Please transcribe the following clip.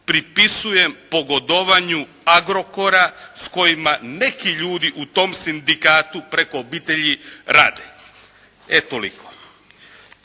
pripisujem pogodovanju "Agrokora" s kojima neki ljudi u tom sindikatu preko obitelji rade. E, toliko.